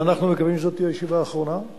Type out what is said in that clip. אנחנו מקווים שזו תהיה הישיבה האחרונה.